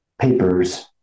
papers